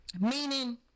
meaning